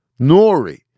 Nori